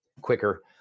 quicker